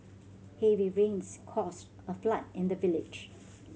heavy rains caused a flood in the village